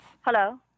Hello